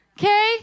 Okay